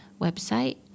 website